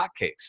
hotcakes